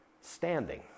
standing